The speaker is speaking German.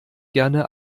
gerne